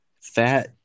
Fat